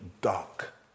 dark